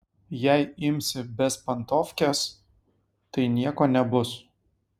jei imsi bezpantovkes tai nieko nebus